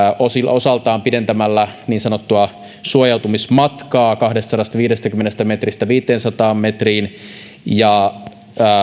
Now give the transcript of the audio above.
osaltaan pidentämällä niin sanottua suojautumismatkaa kahdestasadastaviidestäkymmenestä metristä viiteensataan metriin ja